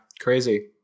crazy